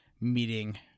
meeting